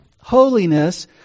holiness